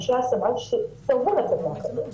שאנשי שב"ס סירבו לצאת מהחדר.